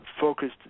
focused